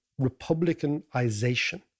Republicanization